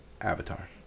Avatar